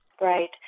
Right